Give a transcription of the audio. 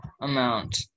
amount